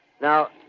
Now